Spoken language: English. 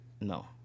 No